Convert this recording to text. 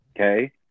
okay